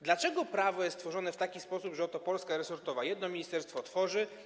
Dlaczego prawo jest tworzone w taki sposób, że oto mamy Polskę resortową, że jedno ministerstwo to tworzy?